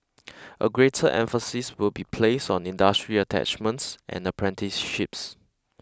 a greater emphasis will be placed on industry attachments and apprenticeships